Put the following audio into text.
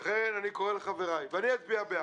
לכן אני קורא לחבריי ואני אצביע בעד,